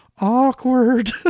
Awkward